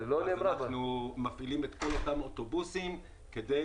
משאירים פעילות מלאה כדי